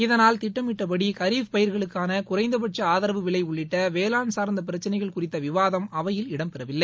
இதனால் திட்டமிட்டபடி கரிஃப் பயிர்களுக்கான குறைந்தபட்ச ஆதரவு விலை உள்ளிட்ட வேளாண் சார்ந்த பிரச்சனைகள் குறித்த விவாதம் அவையில் இடம் பெறவில்லை